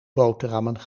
boterhammen